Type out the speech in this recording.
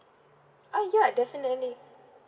ah ya definitely